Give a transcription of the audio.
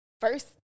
first